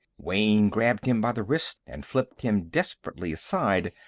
wayne grabbed him by the wrist and flipped him desperately aside.